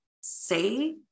say